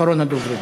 אחרון הדוברים.